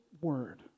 Word